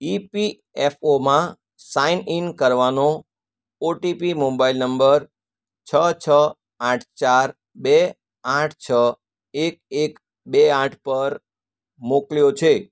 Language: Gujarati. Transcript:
ઇપીએફઓમાં સાઈન ઇન કરવાનો ઓટીપી મોબાઈલ નંબર છ છ આઠ ચાર બે આઠ છ એક એક બે આઠ પર મોકલ્યો છે